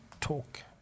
talk